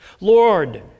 Lord